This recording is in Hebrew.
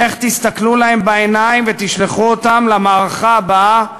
איך תסתכלו להם בעיניים ותשלחו אותם למערכה הבאה,